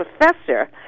professor